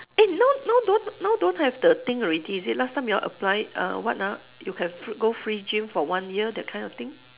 eh now now don't now don't have the thing already is it last time you all apply err what ah you can fr~ go free gym for one year that kind of thing